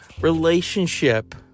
relationship